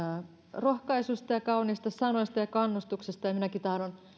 rohkaisusta ja kauniista sanoista ja kannustuksesta minäkin tahdon